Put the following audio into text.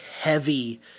heavy